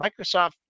Microsoft